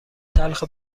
تلخ